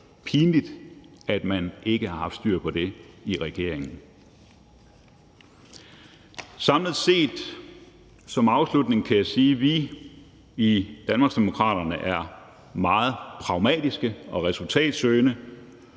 at man ikke har haft styr på det i regeringen. Samlet set kan jeg som afslutning sige, at vi i Danmarksdemokraterne er meget pragmatiske og resultatsøgende,